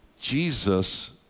Jesus